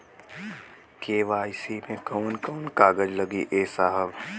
KYC मे कवन कवन कागज लगी ए साहब?